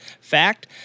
fact